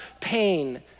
pain